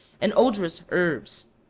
and odorous herbs.